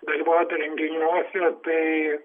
dalyvauti renginiuose tai